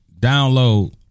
download